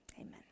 amen